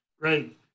great